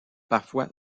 parfois